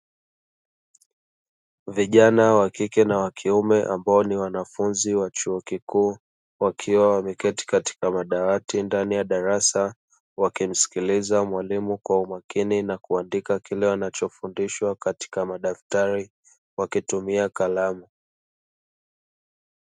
Vijana wa kike na wa kiume ambao ni wanafunzi wa chuo kikuu wakiwa wameketi katika madawati ndani ya darasa, wakimsikiliza mwalimu kwa umakini na kuandika kile wanachofundishwa kwenye madaftari wakitumia kalamu.